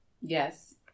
Yes